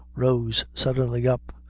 rose suddenly up,